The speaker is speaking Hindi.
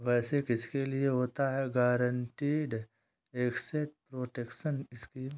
वैसे किसके लिए होता है गारंटीड एसेट प्रोटेक्शन स्कीम?